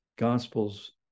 gospels